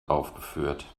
aufgeführt